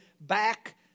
back